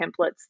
templates